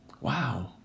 Wow